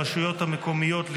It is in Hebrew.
הרשויות המקומיות,